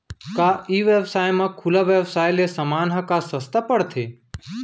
का ई व्यवसाय म खुला व्यवसाय ले समान ह का सस्ता पढ़थे?